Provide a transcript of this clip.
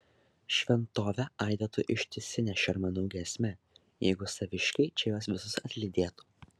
šventovė aidėtų ištisine šermenų giesme jeigu saviškiai čia juos visus atlydėtų